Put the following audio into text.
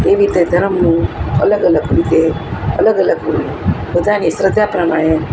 એવી રીતે ધરમનું અલગ અલગ રીતે અલગ અલગ બધાંયની શ્રદ્ધા પ્રમાણે